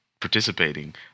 participating